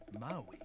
Maui